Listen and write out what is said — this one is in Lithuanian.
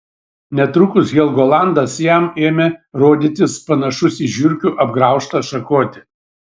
netrukus helgolandas jam ėmė rodytis panašus į žiurkių apgraužtą šakotį